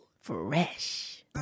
Fresh